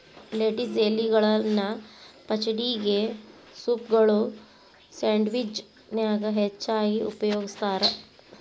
lettuce ಎಲಿಗಳನ್ನ ಪಚಡಿಗೆ, ಸೂಪ್ಗಳು, ಸ್ಯಾಂಡ್ವಿಚ್ ನ್ಯಾಗ ಹೆಚ್ಚಾಗಿ ಉಪಯೋಗಸ್ತಾರ